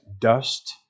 dust